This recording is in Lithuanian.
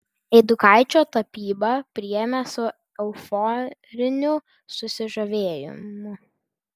eidukaičio tapybą priėmė su euforiniu susižavėjimu